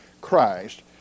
Christ